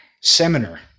seminar